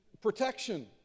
Protection